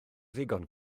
ddigon